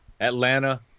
Atlanta